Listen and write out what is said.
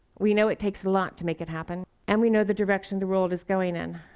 we know it takes a lot to make it happen, and we know the direction the world is going in.